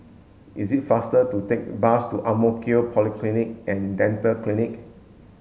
it is faster to take the bus to Ang Mo Kio Polyclinic and Dental Clinic